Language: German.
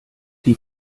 die